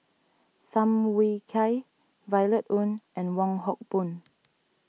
Tham Yui Kai Violet Oon and Wong Hock Boon